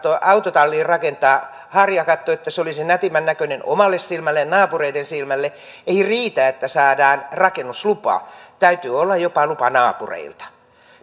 autotalliin rakentaa harjakatto että se olisi nätimmän näköinen omalle silmälle ja naapureiden silmälle ei riitä että saadaan rakennuslupa vaan täytyy olla jopa lupa naapureilta